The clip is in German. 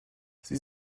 sie